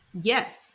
Yes